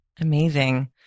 Amazing